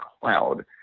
cloud